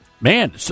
Man